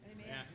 Amen